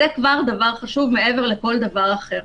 זה כבר דבר חשוב מעבר לכל דבר אחר.